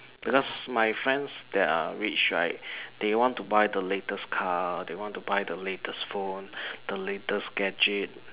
because my friends that are rich right they want to buy the latest car they want to buy the latest phone the latest gadget